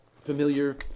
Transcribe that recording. familiar